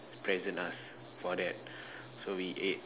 present us for that so we ate